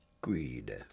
Greed